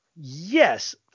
yes